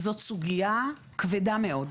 זאת סוגיה כבדה מאוד.